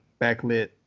Backlit